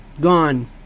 gone